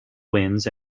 winds